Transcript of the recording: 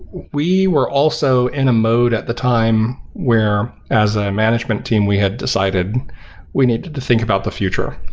we were also in the mode at the time where as a management team we had decided we need to to think about the future.